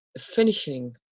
finishing